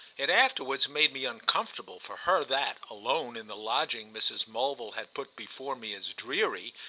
it afterwards made me uncomfortable for her that, alone in the lodging mrs. mulville had put before me as dreary,